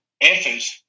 Effort